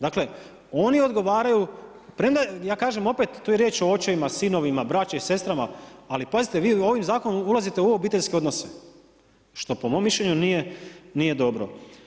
Dakle, oni odgovaraju, premda, ja kažem, opet tu je riječ o očevima, sinovima, brače i sestrama, ali pazite vi ovim zakonom ulazite u obiteljski odnos, što po mom mišljenju nije dobro.